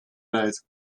rijdt